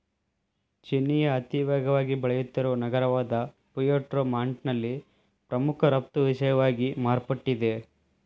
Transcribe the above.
ಚಿಲಿಯ ಅತಿವೇಗವಾಗಿ ಬೆಳೆಯುತ್ತಿರುವ ನಗರವಾದಪುಯೆರ್ಟೊ ಮಾಂಟ್ನಲ್ಲಿ ಪ್ರಮುಖ ರಫ್ತು ವಿಷಯವಾಗಿ ಮಾರ್ಪಟ್ಟಿದೆ